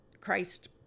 Christ